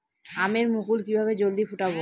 আমের মুকুল কিভাবে জলদি ফুটাব?